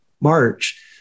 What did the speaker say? March